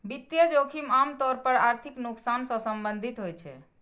वित्तीय जोखिम आम तौर पर आर्थिक नुकसान सं संबंधित होइ छै